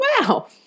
wow